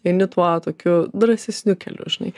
eini tuo tokiu drąsesniu keliu žinai